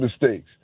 mistakes